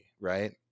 Right